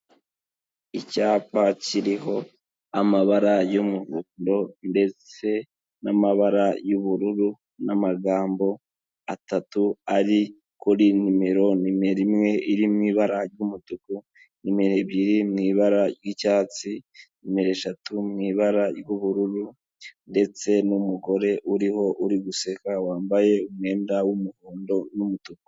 Icyapa kiriho amabara y'umuhondo ndetse n'amabara y'ubururu, n'amagambo atatu ari kuri numero: nimero imwe iri mu ibara ry'umutuku, nimero ebyiri mu ibara ry'icyatsi, nimero eshatu mu ibara ry'ubururu ndetse n'umugore uriho uri guseka wambaye umwenda w'umuhondo n'umutuku.